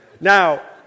Now